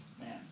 man